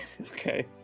Okay